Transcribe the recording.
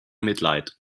mitleid